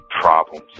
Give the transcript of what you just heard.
problems